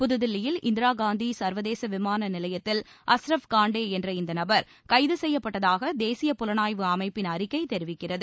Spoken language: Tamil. புதுதில்லியில் இந்திராகாந்தி சர்வதேச விமான நிலையத்தில் அஸ்ரப் காண்டே என்ற இந்த நபர் கைது செய்யப்பட்டதாக தேசிய புலனாய்வு அமைப்பின் அறிக்கை தெரிவிக்கிறது